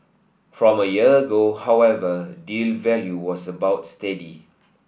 from a year ago however deal value was about steady